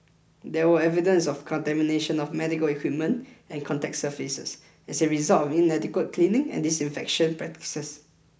there were evidence of contamination of medical equipment and contact surfaces as a result of inadequate cleaning and disinfection practices